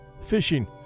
fishing